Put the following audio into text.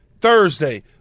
Thursday